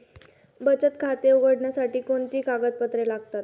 बचत खाते उघडण्यासाठी कोणती कागदपत्रे लागतात?